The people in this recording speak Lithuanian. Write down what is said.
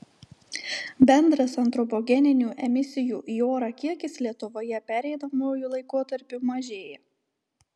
bendras antropogeninių emisijų į orą kiekis lietuvoje pereinamuoju laikotarpiu mažėja